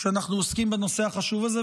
כשאנחנו עוסקים בנושא החשוב הזה,